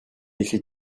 écrit